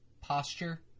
posture